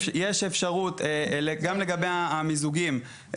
לגבי המיזוגים,